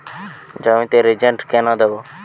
জমিতে রিজেন্ট কেন দেবো?